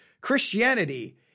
Christianity